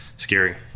scary